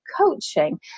coaching